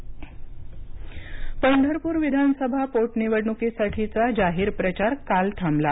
पंढरपूर पोटनिवडणूक पंढरपूर विधानसभा पोटनिवडणुकीसाठीचा जाहीर प्रचार काल थांबला